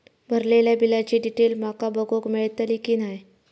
भरलेल्या बिलाची डिटेल माका बघूक मेलटली की नाय?